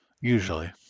Usually